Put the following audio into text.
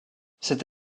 cette